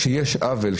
כשיש עוול,